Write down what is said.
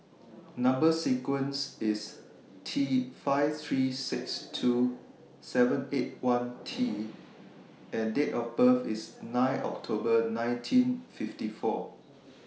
Number sequence IS T five three six two seven eight one T and Date of birth IS nine October nineteen fifty four